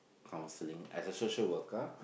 counselling as a social worker